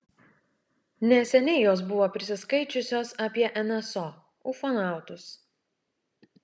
neseniai jos buvo prisiskaičiusios apie nso ufonautus